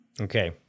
Okay